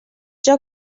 joc